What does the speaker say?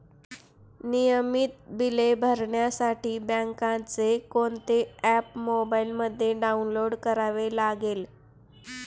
नियमित बिले भरण्यासाठी बँकेचे कोणते ऍप मोबाइलमध्ये डाऊनलोड करावे लागेल?